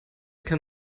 can